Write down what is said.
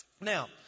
Now